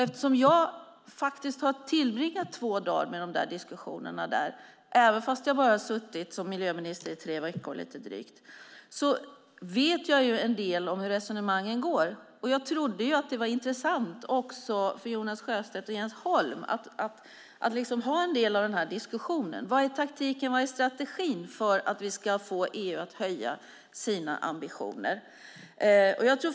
Eftersom jag faktiskt har tillbringat två dagar med dessa diskussioner, även om jag bara har suttit som miljöminister i drygt tre veckor, vet jag en del om hur resonemangen går. Jag trodde därför att det var intressant också för Jonas Sjöstedt och Jens Holm att föra en del av den här diskussionen. Vad är taktiken, och vad är strategin för att vi ska få EU att höja sina ambitioner?